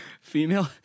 Female